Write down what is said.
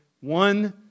one